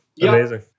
Amazing